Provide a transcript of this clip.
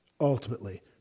ultimately